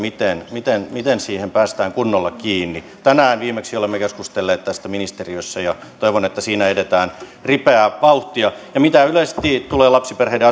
miten miten siihen päästään kunnolla kiinni tänään viimeksi olemme keskustelleet tästä ministeriössä ja toivon että siinä edetään ripeää vauhtia ja mitä yleisesti tulee lapsiperheiden